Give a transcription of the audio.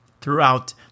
throughout